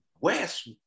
West